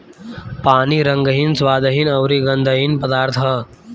पानी रंगहीन, स्वादहीन अउरी गंधहीन पदार्थ ह